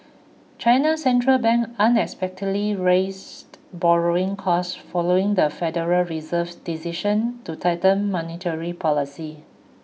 China central bank unexpectedly raised borrowing costs following the Federal Reserve's decision to tighten monetary policy